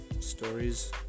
stories